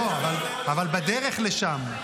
לא, אבל בדרך לשם.